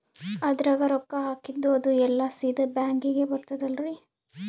ಅದ್ರಗ ರೊಕ್ಕ ಹಾಕಿದ್ದು ಅದು ಎಲ್ಲಾ ಸೀದಾ ಬ್ಯಾಂಕಿಗಿ ಬರ್ತದಲ್ರಿ?